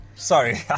Sorry